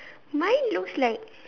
mine looks like